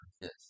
Yes